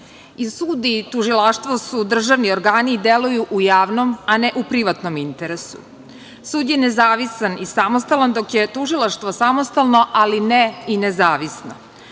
sud i tužilaštvo su državni organi i deluju u javnom, a ne u privatnom interesu. Sud je nezavisan i samostalan, dok je tužilaštvo samostalno, ali ne i nezavisno.